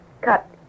cut